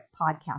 podcast